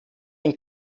ein